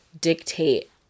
dictate